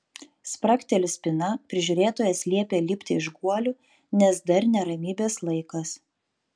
spragteli spyna prižiūrėtojas liepia lipti iš guolių nes dar ne ramybės laikas